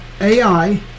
AI